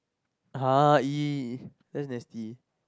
!huh! that's nasty